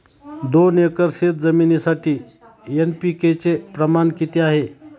दोन एकर शेतजमिनीसाठी एन.पी.के चे प्रमाण किती आहे?